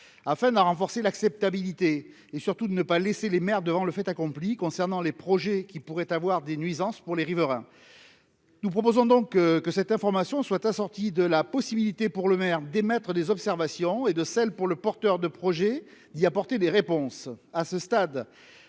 peine à renforcer l'acceptabilité et surtout de ne pas laisser les maires devant le fait accompli concernant les projets qui pourraient avoir des nuisances pour les riverains, nous proposons donc que cette information soit assortie de la possibilité pour le maire d'émettre des observations et de sel pour le porteur de projet, il y apporter des réponses